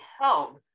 held